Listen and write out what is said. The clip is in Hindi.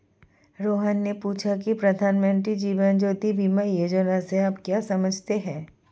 रोहन ने पूछा की प्रधानमंत्री जीवन ज्योति बीमा योजना से आप क्या समझते हैं?